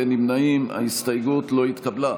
ההסתייגות לא התקבלה.